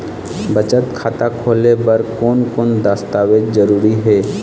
बचत खाता खोले बर कोन कोन दस्तावेज जरूरी हे?